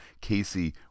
casey